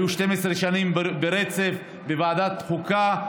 שהיו 12 שנים ברצף בוועדת החוקה.